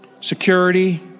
security